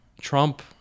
Trump